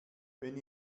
wenn